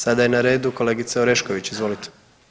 Sada je na redu kolegica Orešković, izvolite.